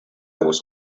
was